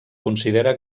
considera